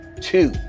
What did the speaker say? Two